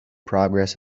progress